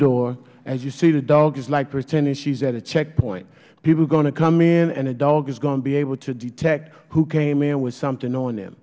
door as you see the dog is like pretending she's at a checkpoint people are going to come in and the dog is going to be able to detect who came in with something on the